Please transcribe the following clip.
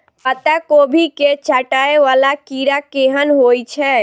पत्ता कोबी केँ चाटय वला कीड़ा केहन होइ छै?